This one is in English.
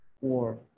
war